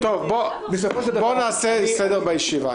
בואו נעשה סדר בישיבה.